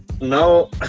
now